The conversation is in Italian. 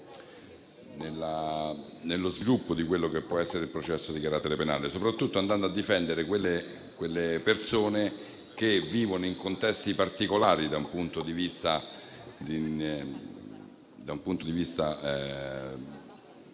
nello sviluppo di quello che può essere il processo di carattere penale, soprattutto andando a difendere quelle persone che vivono in contesti particolari. *(Brusio)*. Vi